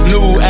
New